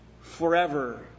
forever